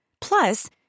Plus